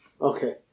Okay